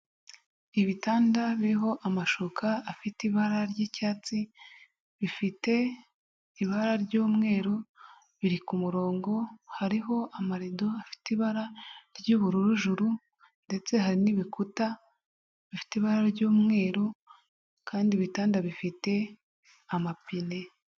Ibitanda biriho amashuka afite ibara ry'icyatsi, bifite ibara ry'umweru, biri ku murongo, hariho amarido afite ibara ry'ubururujuru ndetse hari n'ibikuta bifite ibara ry'umweru kandi ibitanda bifite amapine.